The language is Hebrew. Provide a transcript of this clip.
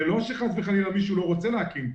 זה לא שחס וחלילה מישהו לא רוצה להקים,